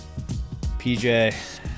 PJ